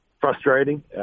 frustrating